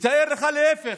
תאר לך להפך,